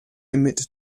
emit